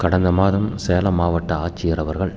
கடந்த மாதம் சேலம் மாவட்ட ஆட்சியர் அவர்கள்